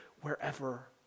wherever